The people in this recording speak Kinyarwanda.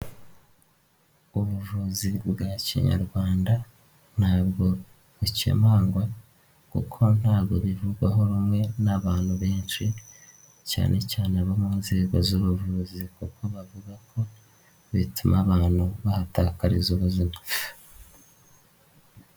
Ubuvuzi bwa Kinyarwanda ntabwo bikemangwa kuko ntabwo bivugwaho rumwe n'abantu benshi, cyane cyane abo mu nzego z'ubuvuzi, kuko bavuga ko bituma abantu bahatakakariza ubuzima.